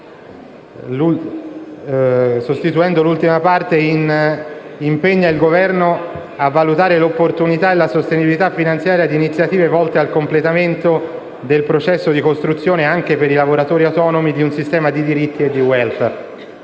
carico del lavoratore, impegna il Governo a valutare l'opportunità e la sostenibilità finanziaria di iniziative volte al completamento del processo di costruzione anche per i lavoratori autonomi di un sistema di diritti e di *welfare*.